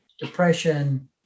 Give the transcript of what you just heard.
depression